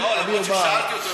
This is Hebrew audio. אף-על-פי שכששאלתי אותו,